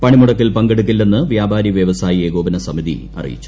പണിമുടക്കിൽ പങ്കെടുക്കില്ലെന്ന് വ്യാപാരി വ്യവസായി ഏകോപന സമിതി അറിയിച്ചു